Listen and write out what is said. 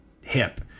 hip